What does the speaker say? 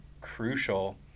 crucial